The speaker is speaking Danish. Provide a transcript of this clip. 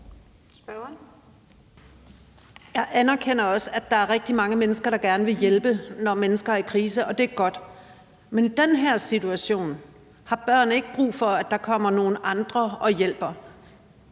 Jeg anerkender også, at der er rigtig mange mennesker, der gerne vil hjælpe, når mennesker er i krise, og det er godt. Men i den her situation har børn ikke brug for, at der kommer nogle andre og hjælper.